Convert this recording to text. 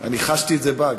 אני חשתי את זה בא גם.